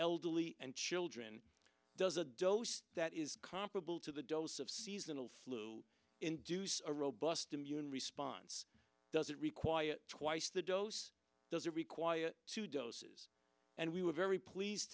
elderly and children does a dose that is comparable to the dose of seasonal flu induce a robust immune response does it require twice the dose does it require two doses and we were very pleased